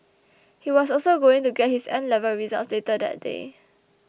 he was also going to get his 'N' level results later that day